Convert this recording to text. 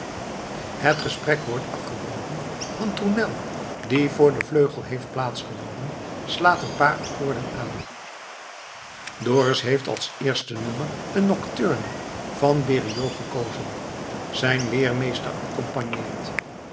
het gesprek wordt afgebroken want tournel die voor den vleugel heeft plaats genomen slaat een paar akkoorden aan dorus heeft als eerste nummer een nocturne van de bériot gekozen zijn leermeester